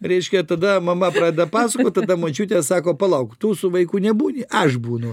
reiškia tada mama pradeda pasakot tada močiutė sako palauk tu su vaiku nebūni aš būnu